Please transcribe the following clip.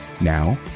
Now